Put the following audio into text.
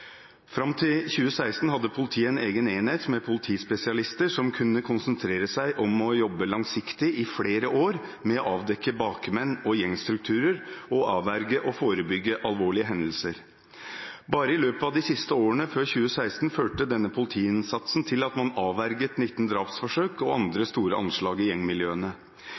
Fram til 2016 hadde politiet en egen enhet med politispesialister som kunne konsentrere seg om å jobbe langsiktig i flere år med å avdekke bakmenn og gjengstrukturer og avverge og forebygge alvorlige hendelser. Bare i løpet av de siste årene før 2016 førte denne politiinnsatsen til at man avverget 19 drapsforsøk og andre store anslag i gjengmiljøene.